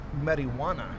marijuana